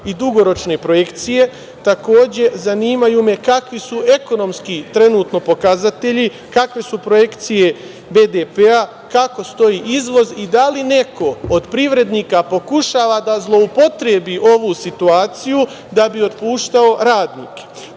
i dugoročne projekcije. Takođe, zanimaju me kakvi su ekonomski trenutno pokazatelji, kakve su projekcije BDP-a, kako stoji izvoz i da li neko od privrednika pokušava da zloupotrebi ovu situaciju da bi otpuštao radnike? Drugo